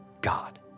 God